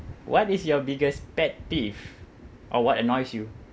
what is your biggest pet peeve or what annoys you